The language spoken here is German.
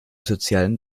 sozialen